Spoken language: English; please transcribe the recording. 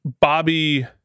Bobby